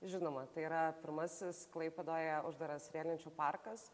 žinoma tai yra pirmasis klaipėdoje uždaras riedlenčių parkas